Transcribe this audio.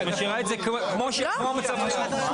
את משאירה את זה כמו המצב הקיים.